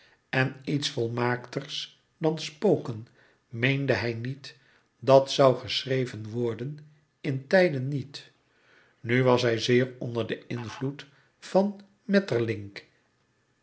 en iets volmaakters dan spoken meende hij niet dat zoû geschreven worden in tijden niet nu was hij zeer onder den invloed van maeterlinck